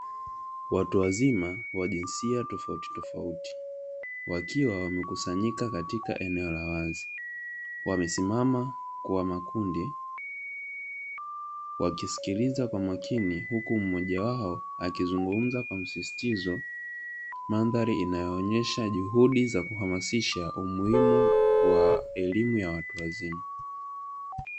Watu wazima wa jinsia tofautitofauti wakiwa wamekusanyika katika eneo la wazi, wamesimama kwa makundi wakisikiliza kwa makini huku mmoja wao akizungumza kwa msisitizo, mandhari inayoonyesha juhudi za kuhamasisha umuhimu wa elimu ya watu wazima.